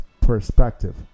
perspective